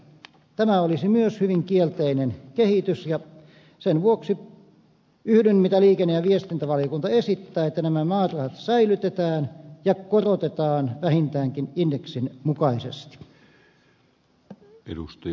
tämä olisi myös hyvin kielteinen kehitys ja sen vuoksi yhdyn siihen mitä liikenne ja viestintävaliokunta esittää että nämä määrärahat säilytetään ja korotetaan vähintäänkin indeksin mukaisesti